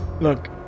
Look